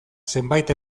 zenbait